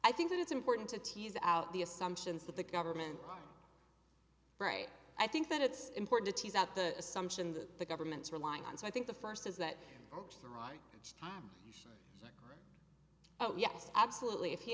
i think that it's important to tease out the assumptions that the government right i think that it's important to tease out the assumption that the government's relying on so i think the first is that folks the right time oh yes absolutely if he